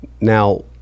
Now